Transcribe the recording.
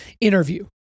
interview